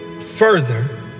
further